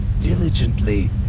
diligently